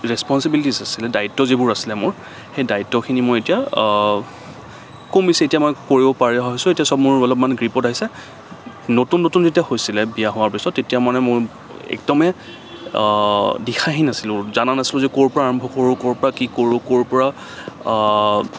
responsibilities আছিলে দায়িত্ব যিবোৰ আছিলে মোৰ সেই দায়িত্বখিনি মই এতিয়া কমিছে এতিয়া মই কৰিব পৰা হৈছোঁ এতিয়া চব মোৰ অলপমান গ্ৰীপত আহিছে নতুন নতুন যেতিয়া হৈছিলে বিয়া হোৱাৰ পিছত তেতিয়া মানে মোৰ একদমেই দিশাহীন আছিলোঁ জনা নাছিলোঁ যে ক'ৰ পৰা আৰম্ভ কৰো ক'ৰ পৰা কি কৰোঁ ক'ৰ পৰা